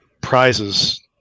prizes